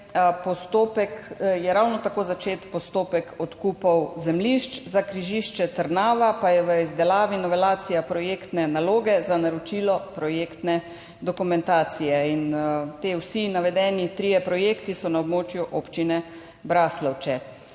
je ravno tako začet postopek odkupov zemljišč, za križišče Trnava pa je v izdelavi novelacija projektne naloge za naročilo projektne dokumentacije. Vsi trije navedeni projekti so na območju Občine Braslovče.